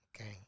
Okay